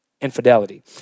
infidelity